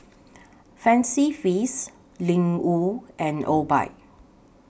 Fancy Feast Ling Wu and Obike